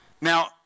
Now